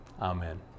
Amen